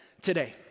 today